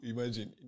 Imagine